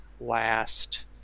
last